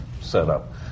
setup